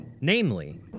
Namely